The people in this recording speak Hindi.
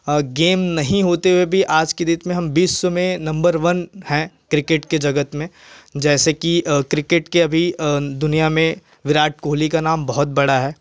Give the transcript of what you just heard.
आ गेम नहीं होते हुए भी आज के डेट में हम विश्व में नम्बर वन है क्रिकेट के जगत में जैसे की क्रिकेट के अभी दुनिया में विराट कोहली का नाम बहुत बड़ा है